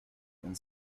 and